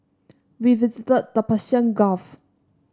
we visited the Persian Gulf